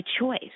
choice